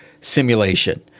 simulation